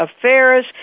Affairs